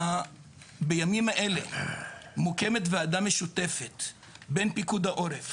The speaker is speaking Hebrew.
בימים אלה מוקמת ועדה משותפת בין פיקוד העורף